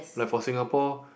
like for Singapore